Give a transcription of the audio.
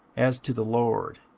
as to the lord,